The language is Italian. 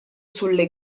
sulle